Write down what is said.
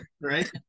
right